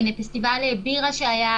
פסטיבל בירה שהיה